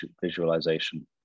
visualization